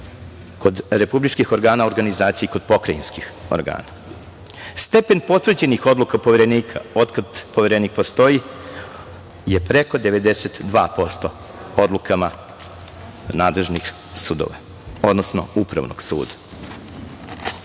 kod republičkih organa, organizacija i kod pokrajinskih organa. Stepen potvrđenih odluka Poverenika otkad Poverenik postoji je preko 92% odlukama nadležnih sudova, odnosno Upravnog suda.U